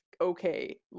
okay